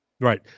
Right